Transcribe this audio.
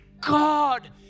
God